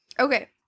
Okay